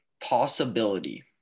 Possibility